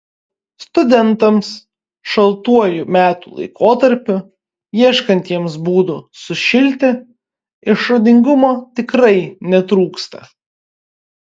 studentams šaltuoju metų laikotarpiu ieškantiems būdų sušilti išradingumo tikrai netrūksta